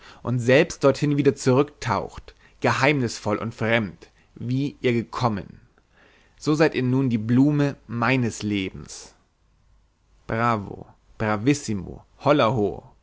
und selbst dorthin wieder zurück taucht geheimnisvoll und fremd wie ihr gekommen so seid nun ihr die blume meines lebens bravo bravissimo